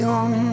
on